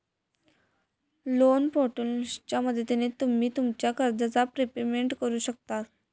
loan पोर्टलच्या मदतीन तुम्ही तुमच्या कर्जाचा प्रिपेमेंट करु शकतास